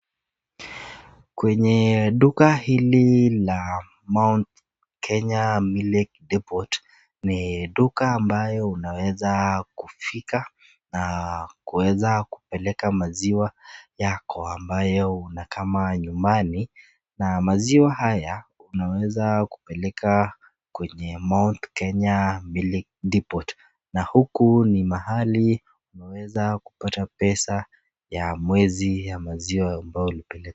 Kwenye duka hili la Mount Kenya Depot, ni duka ambayo unaweza kufika na kuweza kupeleka maziwa yako ambayo umekama nyumba na maziwa haya unaweza kupeleka kwenye Mount Kenya Milk depot. Na huku ni mahali unaeza kupata pesa ya mwezi ya maziwa ambayo uliweza kupeleka.